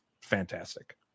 fantastic